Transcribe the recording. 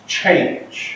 change